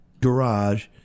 garage